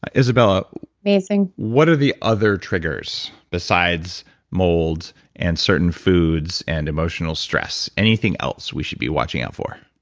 izabella amazing what are the other triggers besides mold and certain foods and emotional stress? anything else we should be watching out for?